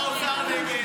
--- למה האוצר נגד?